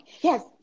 Yes